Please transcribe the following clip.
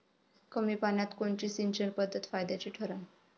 कमी पान्यात कोनची सिंचन पद्धत फायद्याची ठरन?